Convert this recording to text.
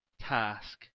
task